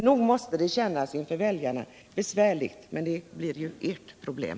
Nog måste det kännas besvärligt inför väljarna — men det blir ert problem.